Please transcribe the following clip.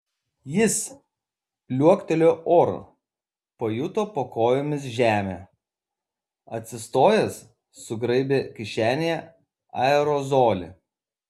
jis liuoktelėjo oru pajuto po kojomis žemę atsistojęs sugraibė kišenėje aerozolį